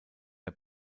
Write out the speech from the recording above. der